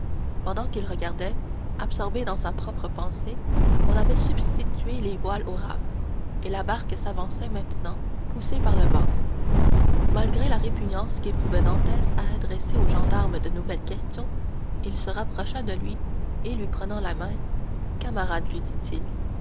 pendant qu'il regardait absorbé dans sa propre pensée on avait substitué les voiles aux rames et la barque s'avançait maintenant poussée par le vent malgré la répugnance qu'éprouvait dantès à adresser au gendarme de nouvelles questions il se rapprocha de lui et lui prenant la main camarade lui dit-il